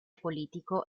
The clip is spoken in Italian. politico